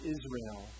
Israel